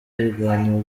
ibiganiro